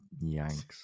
yanks